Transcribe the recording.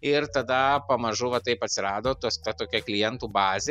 ir tada pamažu va taip atsirado tos ta tokia klientų bazė